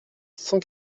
cent